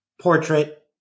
portrait